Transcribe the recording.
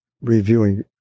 reviewing